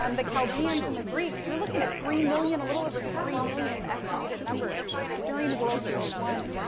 um the chaldeans, and the greeks, you're looking at three million, a little over three million estimated numbers during world war one.